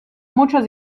muchos